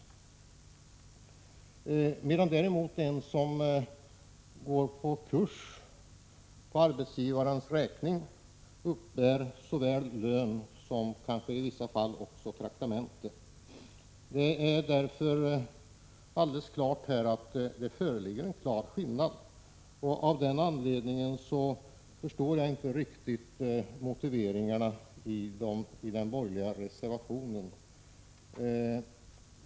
Går vederbörande däremot på kurs för arbetsgivarens räkning uppbär han eller hon såväl lön som i vissa fall också traktamenten. Eftersom det alltså föreligger en skillnad förstår jag inte riktigt motiveringen i den borgerliga reservationen.